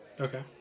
Okay